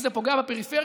שזה פוגע בפריפריה,